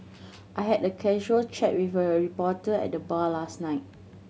I had a casual chat with a reporter at the bar last night